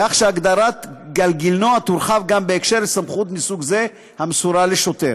כך שהגדרת גלגינוע תורחב גם בהקשר לסמכות מסוג זה המסורה לשוטר.